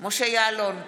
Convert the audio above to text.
משה יעלון,